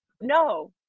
no